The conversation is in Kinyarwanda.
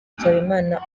nsabimana